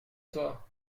toi